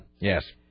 Yes